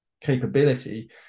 capability